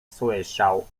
słyszał